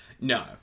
No